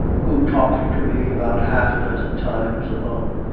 who talked to me about half a dozen times alone,